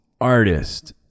Artist